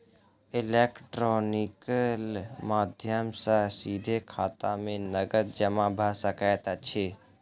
electronical माध्यम सॅ सीधे खाता में नकद जमा भ सकैत अछि